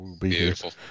Beautiful